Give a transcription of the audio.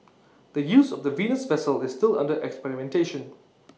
the use of the Venus vessel is still under experimentation